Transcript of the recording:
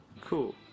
Cool